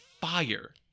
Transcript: fire